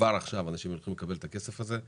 כבר עכשיו אנשים יכולים לקבל את הכסף הזה,